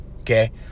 okay